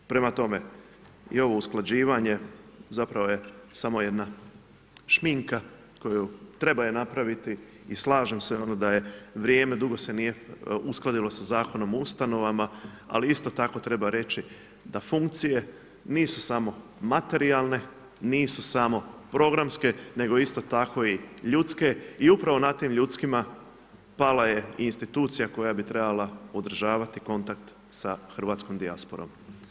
Prema tome i ovo usklađivanje zapravo je samo jedna šminka koju, treba je napraviti i slažem se da je vrijeme, dugo se nije uskladilo sa Zakonom o ustanovama ali isto tako treba reći da funkcije nisu samo materijalne, nisu samo programske, nego isto tako i ljudske i upravo na tim ljudskima pala je i institucija koja bi trebala održavati kontakt sa hrvatskom dijasporom.